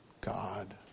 god